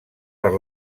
per